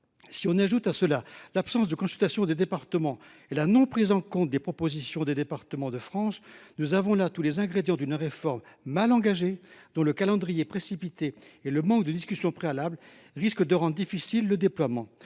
Si l’on ajoute à cela l’absence de consultation des conseils départementaux et la non prise en compte des propositions de Départements de France, nous réunissons tous les ingrédients d’une réforme mal engagée, dont le calendrier précipité et le manque de discussions préalables risquent de rendre difficile le déploiement.